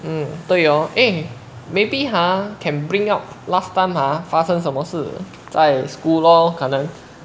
mm 对 hor eh maybe ha can bring up last time ha 发生什么事在 school lor 可能